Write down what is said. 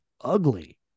ugly